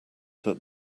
that